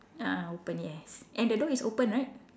ah open yes and the door is open right